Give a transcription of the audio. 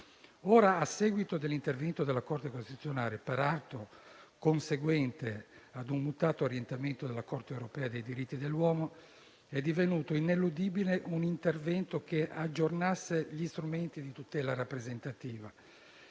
Ora, a seguito dell'intervento della Corte costituzionale, peraltro conseguente a un mutato orientamento della Corte europea dei diritti dell'uomo, è divenuto ineludibile un intervento che aggiorni gli strumenti di tutela rappresentativa,